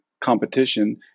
competition